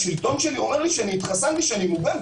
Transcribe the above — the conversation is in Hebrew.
השלטון שלי אומר שהתחסנתי ואני מוגן.